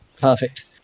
Perfect